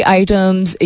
items